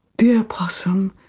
dear possum,